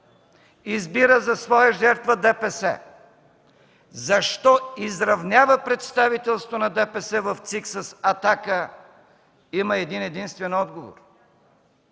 избира за своя жертва ДПС, защо изравнява представителството на ДПС в ЦИК с „Атака”– има един-единствен отговор.